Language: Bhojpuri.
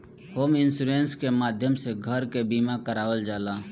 होम इंश्योरेंस के माध्यम से घर के बीमा करावल जाला